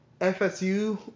FSU